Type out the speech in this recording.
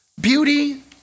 Beauty